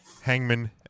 Hangman